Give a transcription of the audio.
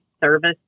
service